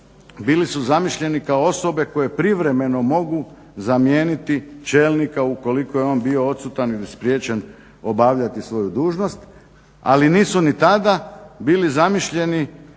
bili su zamišljeni kao osobe koje privremeno mogu zamijeniti čelnika ukoliko je on bio odsutan ili spriječen obavljati svoju dužnost, ali nisu ni tada bili zamišljeni